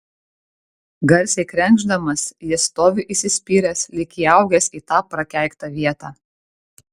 garsiai krenkšdamas jis stovi įsispyręs lyg įaugęs į tą prakeiktą vietą